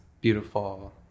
beautiful